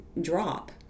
drop